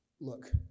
Look